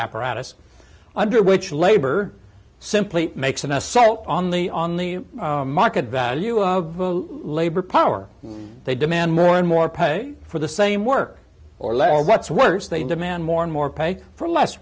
apparatus under which labor simply makes an assault on the on the market value of labor power they demand more and more pay for the same work or less or what's worse they demand more and more pay for less